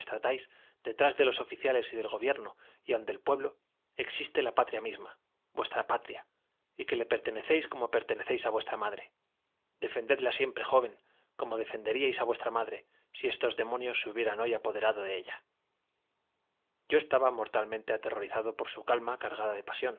detrás de los oficiales y del gobierno y aun del pueblo existe la patria misma vuestra patria y que le pertenecéis como pertenecéis a vuestra madre defendedla siempre joven como defenderíais a vuestra madre si estos demonios se hubieran hoy apoderado de ella yo estaba mortalmente aterrorizado por su calma cargada de pasión